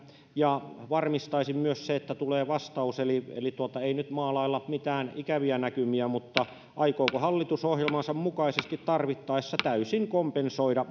varmistaisin myös sen että tulee vastaus ei nyt maalailla mitään ikäviä näkymiä mutta aikooko hallitus ohjelmansa mukaisesti tarvittaessa täysin kompensoida